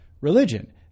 religion